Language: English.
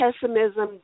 pessimism